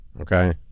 okay